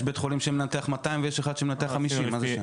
יש בית חולים שמנתח 200 ויש אחד שמנתח 50. מה זה שנה?